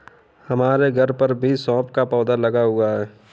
हमारे घर पर भी सौंफ का पौधा लगा हुआ है